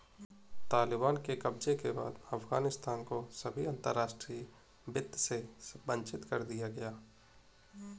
तालिबान के कब्जे के बाद अफगानिस्तान को सभी अंतरराष्ट्रीय वित्त से वंचित कर दिया गया